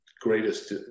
greatest